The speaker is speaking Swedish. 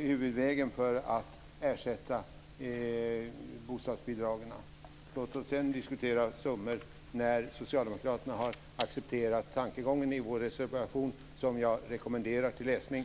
huvudvägen för att ersätta bostadsbidragen. Låt oss sedan diskutera summor när socialdemokraterna har accepterat tankegången i vår reservation, som jag rekommenderar till läsning.